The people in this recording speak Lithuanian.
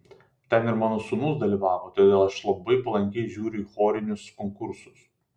ten ir mano sūnus dalyvavo todėl aš labai palankiai žiūriu į chorinius konkursus